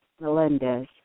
Melendez